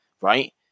right